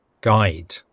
guide